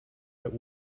der